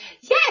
Yes